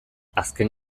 azken